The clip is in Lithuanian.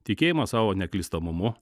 tikėjimas savo neklystamumu